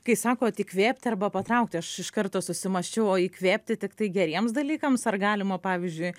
kai sakot įkvėpt arba patraukti aš iš karto susimąsčiau o įkvėpti tiktai geriems dalykams ar galima pavyzdžiui